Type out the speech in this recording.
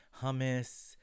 hummus